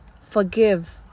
Forgive